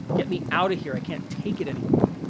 get me out of here, i can't take it anymore.